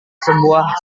sebuah